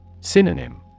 Synonym